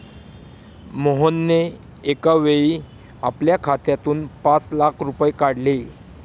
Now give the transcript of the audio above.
मोहनने एकावेळी आपल्या खात्यातून पाच लाख रुपये काढले